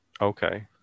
Okay